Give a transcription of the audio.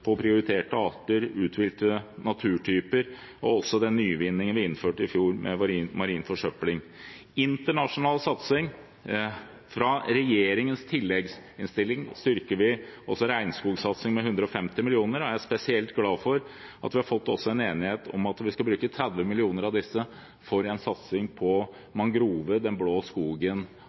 prioriterte arter, utvalgte naturtyper og også på den nyvinningen vi innførte i fjor mot marin forsøpling. Når det gjelder internasjonal satsing, styrker vi fra regjeringens tilleggsinnstilling regnskogsatsingen med 150 mill. kr. Jeg er spesielt glad for at vi også har fått en enighet om at vi skal bruke 30 mill. kr av disse for en satsing på mangrove – den blå skogen